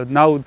now